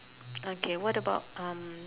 okay what about um